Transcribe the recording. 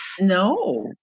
No